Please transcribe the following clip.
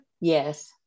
Yes